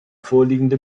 vorliegende